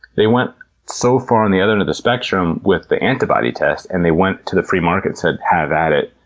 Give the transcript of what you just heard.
they went so far on the other end of the spectrum with the antibody test and they went to the free market saying, have at it,